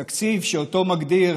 תקציב שאותו מגדיר